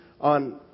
on